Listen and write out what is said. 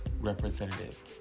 representative